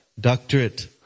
doctorate